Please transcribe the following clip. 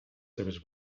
seves